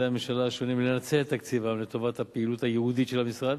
הממשלה השונים לנצל את תקציבם לטובת הפעילות הייעודית של המשרד.